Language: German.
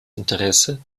interesse